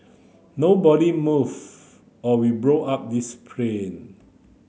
nobody move or we blow up this plane